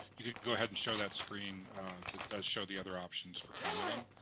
go ahead and show that screen that does show the other options for commenting.